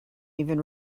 even